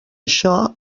això